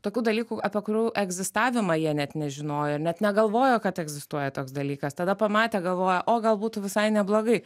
tokių dalykų apie kurių egzistavimą jie net nežinojo ir net negalvojo kad egzistuoja toks dalykas tada pamatę galvoja o gal būtų visai neblogai